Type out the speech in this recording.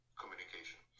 communication